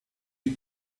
you